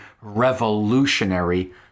revolutionary